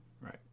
Right